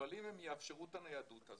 אבל אם הם יאפשרו את הניידות הזאת,